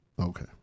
Okay